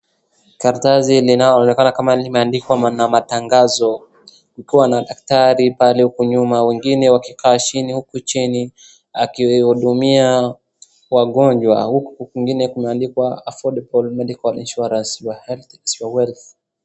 Karatasi linaloonekana kama limeandikwa na matangazo likiwa na daktari pale huku nyuma, wengine wakikaa chini huku chini akihudumia wagonjwa huku kwengine kumeandikwa affordable medical insurance, your health is your wealth .